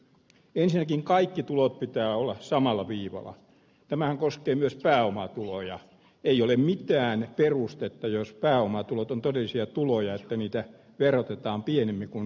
ensinnäkin kaikki tulot pitää olla samalla viivalla tämä koskee myös pääomatuloja ei ole mitään perustetta jos pääomatulot on todellisia tuloja niitä verotetaan pieneni kun